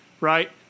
right